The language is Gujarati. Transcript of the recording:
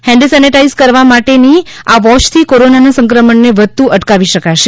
હેન્ડ સેનેટાઇઝ કરવા માટેની આ વોચથી કોરોનાના સંક્રમણને વધતું અટકાવી શકાશે